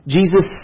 Jesus